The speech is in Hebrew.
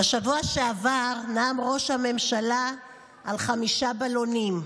בשבוע שעבר נאם ראש הממשלה על חמישה בלונים.